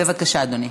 בבקשה, אדוני.